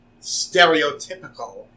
stereotypical